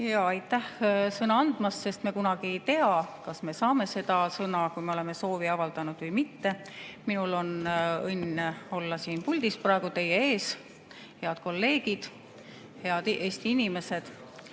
… Aitäh sõna andmast! Ega me kunagi ei tea, kas me saame sõna, kui oleme soovi avaldanud, või mitte. Minul on õnn olla siin puldis praegu teie ees, head kolleegid, head Eesti inimesed.